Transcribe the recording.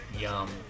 Yum